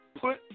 put